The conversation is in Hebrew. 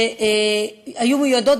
שהיו מיועדות,